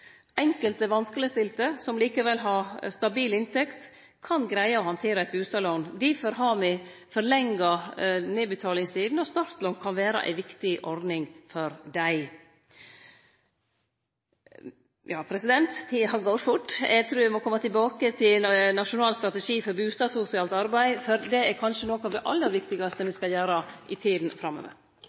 Enkelte vanskelegstilte som likevel har stabil inntekt, kan greie å handtere eit bustadlån. Difor har me forlenga nedbetalingstida, og startlånet kan vere ei viktig ordning for dei. Tida går fort. Eg trur eg må kome tilbake til nasjonal strategi for bustadsosialt arbeid, for det er kanskje noko av det aller viktigaste me skal gjere i tida framover.